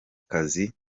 kazi